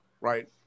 right